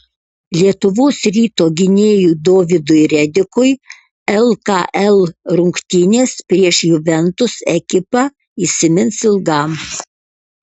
lietuvos ryto gynėjui dovydui redikui lkl rungtynės prieš juventus ekipą įsimins ilgam